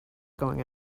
going